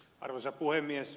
arvoisa puhemies